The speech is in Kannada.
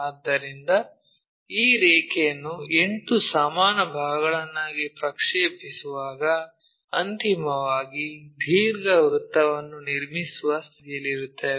ಆದ್ದರಿಂದ ಈ ರೇಖೆಯನ್ನು 8 ಸಮಾನ ಭಾಗಗಳಾಗಿ ಪ್ರಕ್ಷೇಪಿಸುವಾಗ ಅಂತಿಮವಾಗಿ ದೀರ್ಘವೃತ್ತವನ್ನು ನಿರ್ಮಿಸುವ ಸ್ಥಿತಿಯಲ್ಲಿರುತ್ತೇವೆ